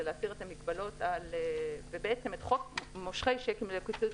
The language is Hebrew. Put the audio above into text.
להסיר את המגבלות ובעצם את חוק מושכי שיקים ללא כיסוי,